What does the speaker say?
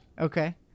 Okay